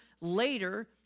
later